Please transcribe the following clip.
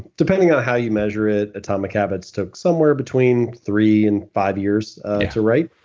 depending on how you measure it, atomic habits took somewhere between three and five years to write.